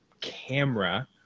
camera